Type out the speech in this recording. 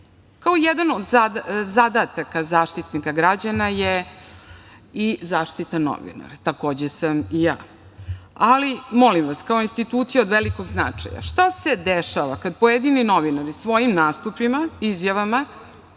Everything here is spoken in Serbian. jedan od zadataka Zaštitnika građana je i zaštita novinara, takođe sam i ja, ali molim vas, kao institucija od velikog značaja. Ali, šta se dešava kada pojedini novinari, svojim nastupima, izjavama